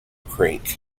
creek